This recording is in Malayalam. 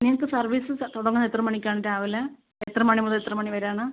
നിങ്ങൾക്ക് സർവീസ് തുടങ്ങുന്നത് എത്ര മണിക്കാണ് രാവിലെ എത്ര മണി മുതൽ എത്ര മണി വരെ ആണ്